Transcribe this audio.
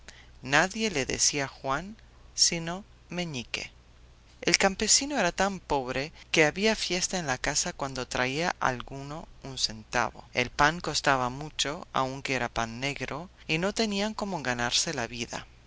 nadie le decía juan sino meñique el campesino era tan pobre que había fiesta en la casa cuando traía alguno un centavo el pan costaba mucho aunque era pan negro y no tenían cómo ganarse la vida